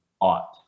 ought